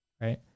right